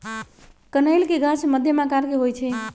कनइल के गाछ मध्यम आकर के होइ छइ